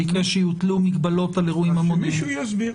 ביקש שיוטלו מגבלות על אירועים המוניים.